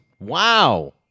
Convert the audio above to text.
Wow